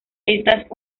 estas